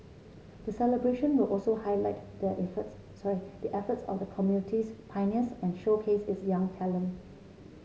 the celebration will also highlight the efforts sorry the efforts of the community's pioneers and showcase its young talents